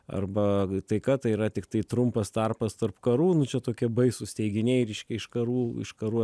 arba taika tai yra tiktai trumpas tarpas tarp karų nu čia tokie baisūs teiginiai reiškia iš karų iš karų